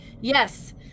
yes